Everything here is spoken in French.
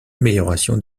amélioration